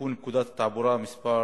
לתיקון פקודת התעבורה (מס'